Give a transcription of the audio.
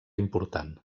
important